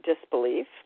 disbelief